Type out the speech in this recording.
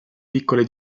piccole